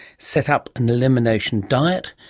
set up an elimination diet,